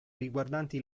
riguardanti